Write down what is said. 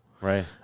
Right